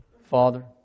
Father